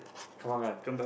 Kembangan